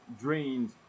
drained